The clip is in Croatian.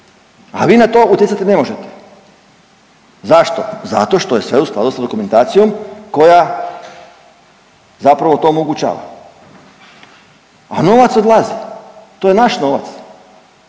a vi na to utjecati ne možete. Zašto? Zato što je sve u skladu s dokumentacijom koja zapravo to omogućava, a novac odlazi, to je naš novac,